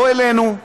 לא אלינו.